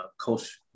coach